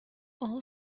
all